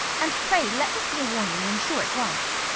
and pray let this be a warning, and insure at once.